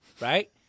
right